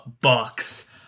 Bucks